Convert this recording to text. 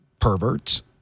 perverts